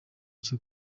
cyo